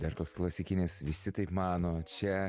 dar koks klasikinis visi taip mano čia